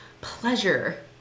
pleasure